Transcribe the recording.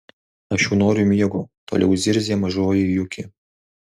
aš jau noriu miego toliau zirzė mažoji juki